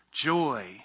joy